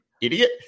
idiot